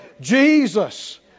Jesus